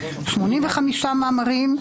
85 מאמרים,